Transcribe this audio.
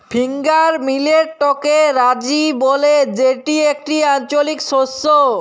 finger মিলেটকে রাজি ব্যলে যেটি একটি আঞ্চলিক শস্য